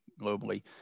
globally